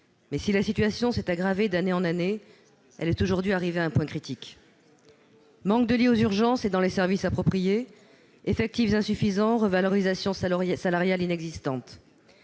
1988. La situation, qui s'est aggravée d'année en année, est aujourd'hui critique : manque de lits aux urgences et dans les services appropriés, effectifs insuffisants, revalorisation salariale inexistante.